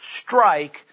strike